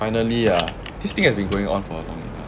finally ah this thing has been going on for long enough